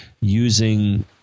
using